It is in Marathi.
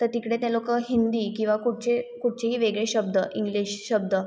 तर तिकडे ते लोकं हिंदी किंवा कुठचे कुठचेही वेगळे शब्द इंग्लिश शब्द